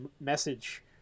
message